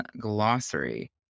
glossary